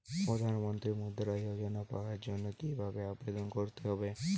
প্রধান মন্ত্রী মুদ্রা যোজনা পাওয়ার জন্য কিভাবে আবেদন করতে হবে?